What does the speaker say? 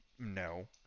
No